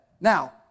Now